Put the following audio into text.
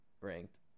ranked